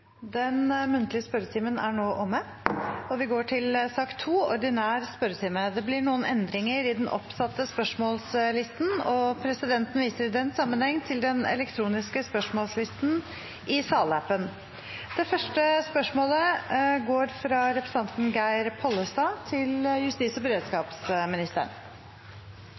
Den muntlige spørretimen er nå omme, og vi går over til den ordinære spørretimen. Det blir noen endringer i den oppsatte spørsmålslisten, og presidenten viser i den sammenheng til den elektroniske spørsmålslisten i salappen. Endringene var som følger: Spørsmål 5, fra representanten Åshild Bruun-Gundersen til helse- og